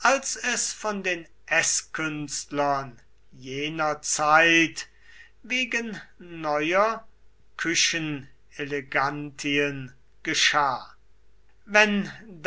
als es von den eßkünstlern jener zeit wegen neuer küchenelegantien geschah wenn